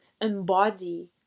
embody